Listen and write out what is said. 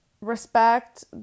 respect